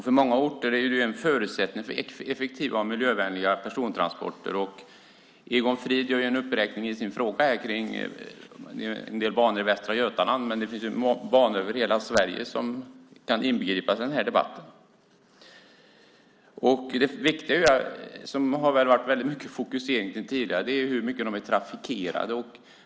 För många orter är det en förutsättning för effektiva och miljövänliga persontransporter. Egon Frid räknade upp en del banor i Västra Götaland, men det finns banor över hela Sverige som kan tas med i debatten. Tidigare har fokus legat på hur mycket dessa banor är trafikerade.